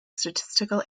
statistical